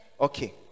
okay